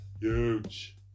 huge